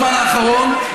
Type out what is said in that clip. בזמן האחרון,